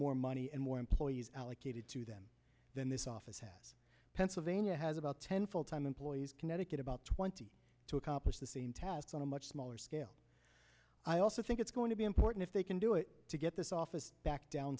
more money and more employees allocated to them than this office has pennsylvania has about ten full time employees connecticut about twenty to accomplish the same tasks on a much smaller scale i also think it's going to be important if they can do it to get this office back